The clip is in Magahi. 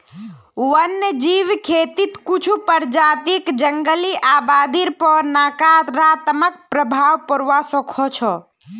वन्यजीव खेतीक कुछू प्रजातियक जंगली आबादीर पर नकारात्मक प्रभाव पोड़वा स ख छ